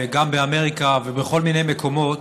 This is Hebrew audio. גם באמריקה ובכל מיני מקומות,